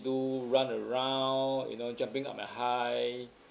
do run around you know jumping up high